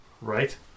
Right